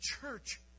church